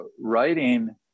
writing